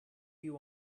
you